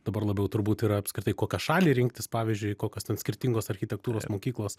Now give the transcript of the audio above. dabar labiau turbūt yra apskritai kokią šalį rinktis pavyzdžiui kokios ten skirtingos architektūros mokyklos